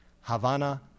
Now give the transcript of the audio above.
Havana